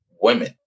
women